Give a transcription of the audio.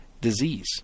disease